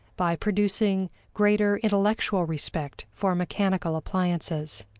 by producing greater intellectual respect for mechanical appliances.